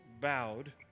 bowed